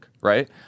right